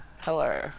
Hello